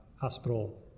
hospital